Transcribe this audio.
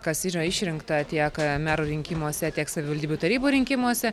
kas yra išrinkta tiek atlieka merų rinkimuose tiek savivaldybių tarybų rinkimuose